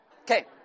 okay